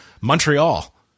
Montreal